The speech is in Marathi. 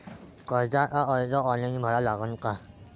कर्जाचा अर्ज ऑनलाईन भरा लागन का?